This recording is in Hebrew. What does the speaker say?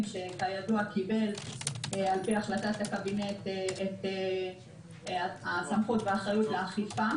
שכידוע קיבל לפי החלטת הקבינט את הסמכות והאחריות לאכיפה,